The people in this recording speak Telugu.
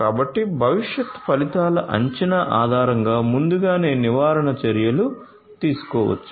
కాబట్టి భవిష్యత్ ఫలితాల అంచనా ఆధారంగా ముందుగానే నివారణ చర్యలు తీసుకోవచ్చు